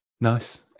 Nice